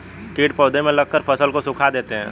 कीट पौधे में लगकर फसल को सुखा देते हैं